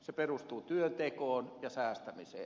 se perustuu työntekoon ja säästämiseen